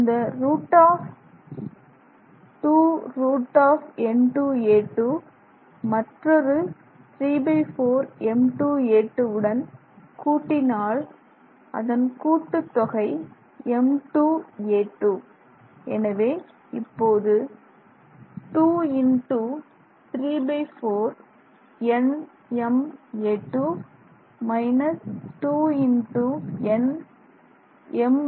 இந்த 2√n2 a2 மற்றொரு 34 m2 a2 கூட்டினால் அதன் கூட்டுத்தொகை m2 a2 எனவே இப்போது 2×34 nma2 2×n m4 a2